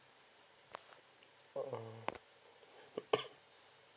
uh